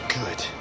good